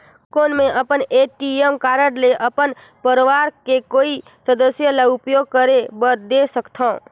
कौन मैं अपन ए.टी.एम कारड ल अपन परवार के कोई सदस्य ल उपयोग करे बर दे सकथव?